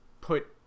put